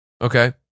Okay